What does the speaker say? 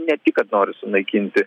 ne tik kad nori sunaikinti